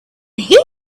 here